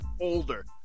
older